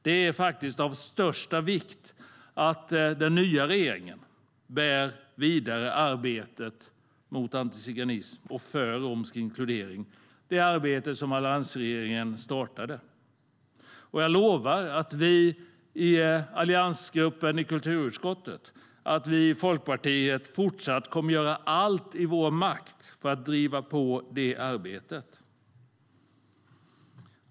Det är faktiskt av största vikt att den nya regeringen bär vidare det arbete mot antiziganism och för romsk inkludering som alliansregeringen startade. Jag lovar att vi i alliansgruppen i kulturutskottet och vi i Folkpartiet kommer att göra allt i vår makt för att driva på det arbetet i fortsättningen.